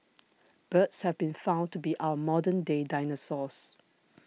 birds have been found to be our modern day dinosaurs